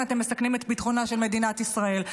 אתם מסכנים את ביטחונה של מדינת ישראל.